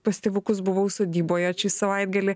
pas tėvukus buvau sodyboje šį savaitgalį